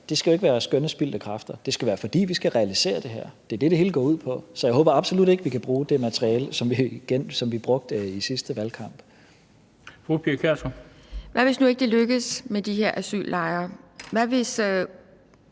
skal jo ikke være skønne spildte kræfter. Det skal være, fordi vi skal realisere det her. Det er det, det hele går ud på. Så jeg håber absolut ikke, vi kan bruge det materiale, som vi brugte i sidste valgkamp. Kl. 17:18 Den fg. formand (Bent Bøgsted): Fru Pia